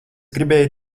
gribēju